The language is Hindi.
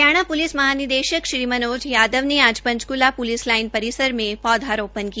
हरियाणा प्लिस महानिदेशक श्री मनोज यादव ने आज पंचक्ला प्लिस लाइन परिसर में पौधारोपण किया